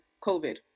COVID